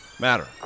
matter